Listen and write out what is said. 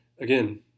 Again